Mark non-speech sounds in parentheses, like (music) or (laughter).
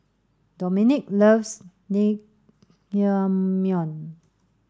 Domenic loves (unintelligible)